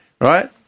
Right